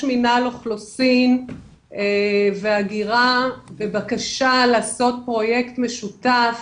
מינהל אוכלוסין והגירה בבקשה לעשות פרויקט משותף